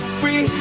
free